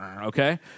Okay